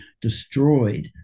destroyed